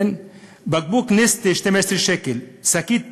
בקבוק "נסטי" 12 שקל, שקית "ביסלי"